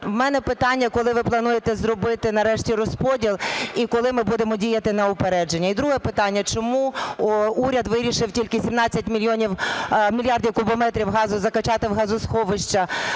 У мене питання: коли ви нарешті плануєте зробити розподіл і коли ми будемо діяти на упередження? І друге питання. Чому уряд вирішив тільки 17 мільярдів кубометрів газу закачати в газосховища?